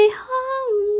home